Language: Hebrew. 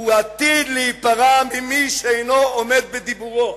עתיד להיפרע ממי שאינו עומד בדיבורו.